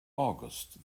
august